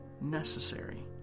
necessary